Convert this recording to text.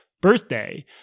birthday